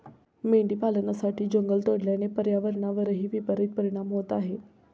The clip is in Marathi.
मेंढी पालनासाठी जंगल तोडल्याने पर्यावरणावरही विपरित परिणाम होत आहे